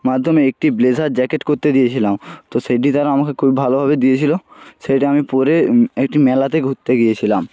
মাধ্যমে একটি blazer jacket করতে দিয়েছিলাম তো সেটি তারা আমাকে খুব ভালোভাবে দিয়েছিলো সেটি আমি পরে একটি মেলাতে ঘুরতে গিয়েছিলাম